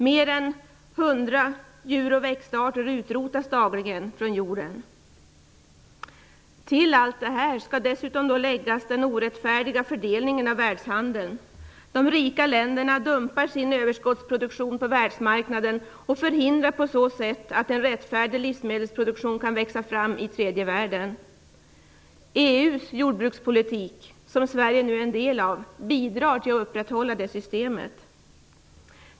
Mer än 100 djur och växtarter utrotas dagligen från jorden. Till allt detta skall dessutom läggas den orättfärdiga fördelningen av världshandeln. De rika länderna dumpar sin överskottsproduktion på världsmarknaden och förhindrar på så sätt att en rättfärdig livsmedelsproduktion kan växa fram i tredje världen. EU, som Sverige nu är en del av, driver en jordbrukspolitik som bidrar till att upprätthålla det systemet.